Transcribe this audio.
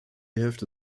hälfte